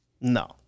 No